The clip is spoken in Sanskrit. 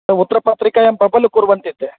त उत्तरपात्रिकायां पबल कुर्वन्ति ते